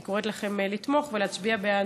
אני קוראת לכם לתמוך ולהצביע בעד.